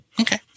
Okay